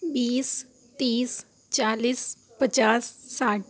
بیس تیس چالیس پچاس ساٹھ